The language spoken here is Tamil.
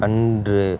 அன்று